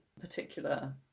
particular